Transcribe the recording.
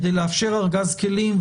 כדי לאפשר ארגז כלים,